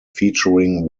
featuring